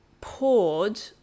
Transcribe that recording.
poured